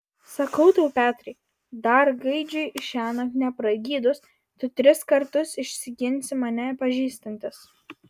sakau tau petrai dar gaidžiui šiąnakt nepragydus tu tris kartus išsiginsi mane pažįstantis